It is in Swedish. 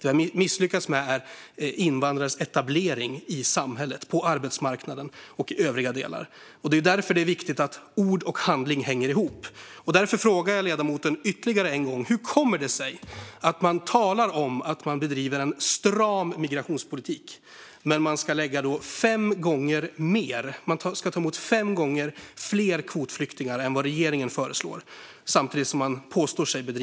Vi har misslyckats med invandrares etablering i samhället, på arbetsmarknaden och i övriga delar. Därför är det viktigt att ord och handling hänger ihop. Därför frågar jag nu ledamoten ytterligare en gång: Hur kommer det sig att man påstår att man bedriver en stram migrationspolitik samtidigt som man ska ta emot fem gånger fler kvotflyktingar än regeringen föreslår?